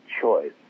choice